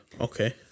Okay